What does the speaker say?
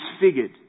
disfigured